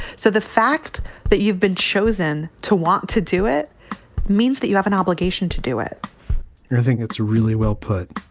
so the fact that you've been chosen to want to do it means that you have an obligation to do it and i think that's really well put.